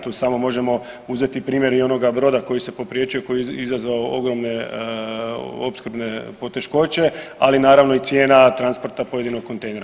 Tu samo možemo uzeti primjer i onoga broda koji se popriječio koji je izazvao ogromne opskrbne poteškoće, ali naravno i cijena transporta pojedinog kontejnera.